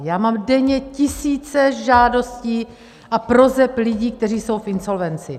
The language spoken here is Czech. Já mám denně tisíce žádostí a proseb lidí, kteří jsou v insolvenci!